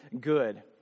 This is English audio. good